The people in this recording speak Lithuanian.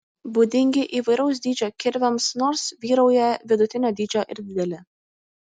būdingi įvairaus dydžio kirviams nors vyrauja vidutinio dydžio ir dideli